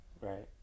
Right